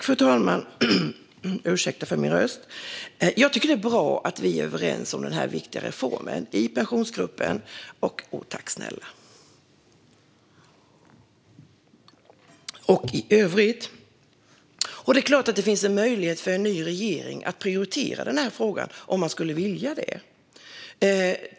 Fru talman! Jag tycker att det är bra att vi är överens om denna viktiga reform i Pensionsgruppen och i övrigt. Det är klart att det finns en möjlighet för en ny regering att prioritera denna fråga om man skulle vilja det.